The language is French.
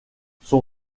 son